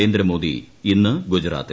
നരേന്ദ്രമോദി ഇന്ന് ഗുജറാത്തിൽ